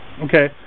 Okay